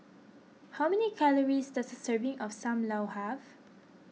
how many calories does a serving of Sam Lau have